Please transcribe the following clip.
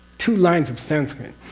two lines of sanskrit.